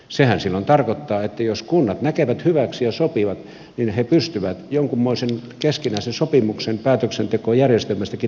sehän silloin tarkoittaa että jos kunnat näkevät hyväksi ja sopivat niin he pystyvät jonkunmoisen keskinäisen sopimuksen päätöksentekojärjestelmästäkin tekemään